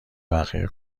بقیه